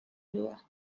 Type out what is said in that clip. była